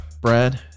Brad